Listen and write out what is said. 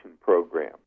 program